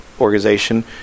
organization